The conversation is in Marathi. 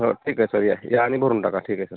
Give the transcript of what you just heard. हां ठीक आहे सर या आणि भरून टाका ठीक आहे सर